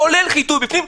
כולל חיטוי בתוך הרכב,